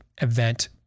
event